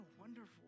wonderful